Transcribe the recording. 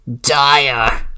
dire